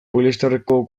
poliesterreko